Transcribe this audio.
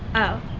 oh.